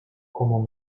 como